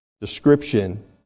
description